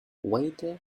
waiter